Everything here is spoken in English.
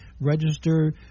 register